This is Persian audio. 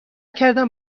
کردم